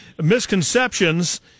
misconceptions